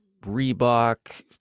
Reebok